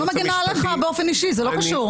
אני לא מגנה עליך באופן אישי, זה לא קשור.